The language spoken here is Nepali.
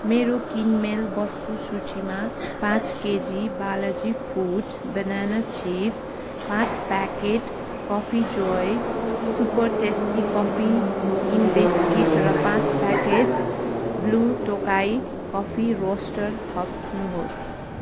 मेरो किनमेल वस्तु सूचीमा पाँच KG Balaji food banana chips पाँच packet coffee Joy super tasty coffee thin biscuit र पाँच packet Blue Tokai coffee roaster थप्नुहोस्